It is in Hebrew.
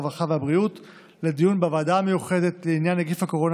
הרווחה והבריאות לדיון בוועדה המיוחדת לעניין נגיף הקורונה